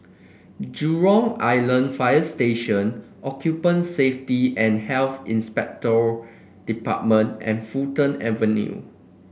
Jurong Island Fire Station Safety and Health Inspectorate Department and Fulton Avenue